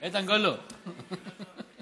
אתה רואה את חצי הכוס הריקה.